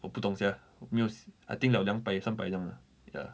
我不懂 sia 没有 s~ I think 有两百三百这样 lah ya